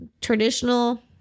traditional